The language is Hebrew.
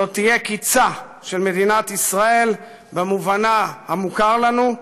זה יהיה קצה של מדינת ישראל במובנה המוכר לנו,